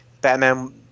batman